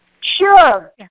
Sure